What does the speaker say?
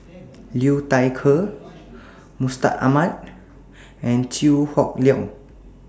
Liu Thai Ker Mustaq Ahmad and Chew Hock Leong